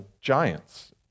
giants